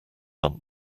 aunt